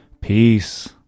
Peace